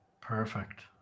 Perfect